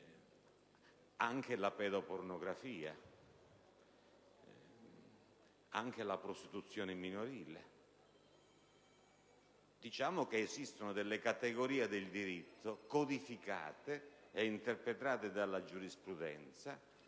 anche la pedopornografia, anche la prostituzione minorile. In realtà, esistono categorie del diritto codificate ed interpretate dalla giurisprudenza.